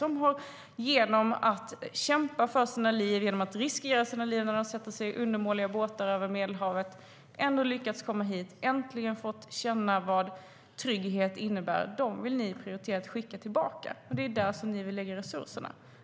De som kämpat för sina liv, som riskerat sina liv när de satt sig i undermåliga båtar för att ta sig över Medelhavet och trots allt lyckats komma hit och äntligen fått känna vad trygghet innebär, dem vill Sverigedemokraterna prioritera att skicka tillbaka. Det är där de vill lägga resurserna.